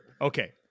Okay